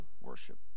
worship